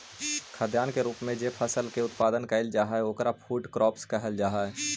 खाद्यान्न के रूप में जे फसल के उत्पादन कैइल जा हई ओकरा फूड क्रॉप्स कहल जा हई